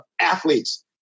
athletes